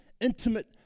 intimate